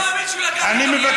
אני לא מאמין שהוא לקח, אני מבקש.